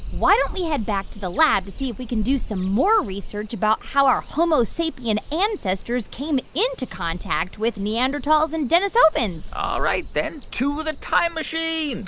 why don't we head back to the lab to see if we can do some more research about how our homo sapien ancestors came into contact with neanderthals and denisovans? all right, then to the time machine